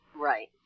Right